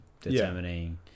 Determining